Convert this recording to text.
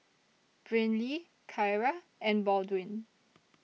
Brynlee Kyra and Baldwin